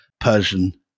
Persian